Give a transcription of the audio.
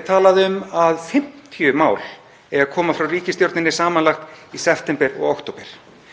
er talað um að 50 mál eigi að koma frá ríkisstjórninni samanlagt í september og október.